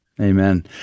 Amen